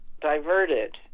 diverted